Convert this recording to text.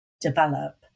develop